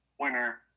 winner